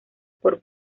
por